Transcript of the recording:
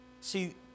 See